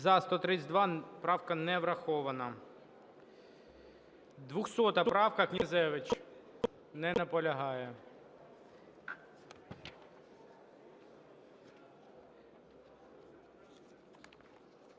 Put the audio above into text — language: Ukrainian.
За-132 Правка не врахована. 200 правка, Князевич. Не наполягає.